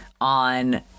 on